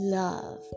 love